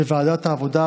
בוועדת העבודה,